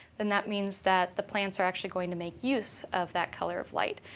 then that means that the plants are actually going to make use of that color of light.